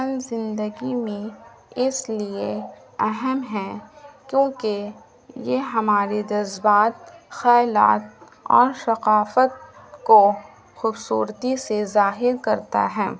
ہم زندگی میں اس لیے اہم ہیں کیونکہ یہ ہمارے جذبات خیالات اور ثقافت کو خوبصورتی سے ظاہر کرتا ہے